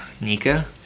Nika